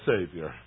Savior